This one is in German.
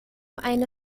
eine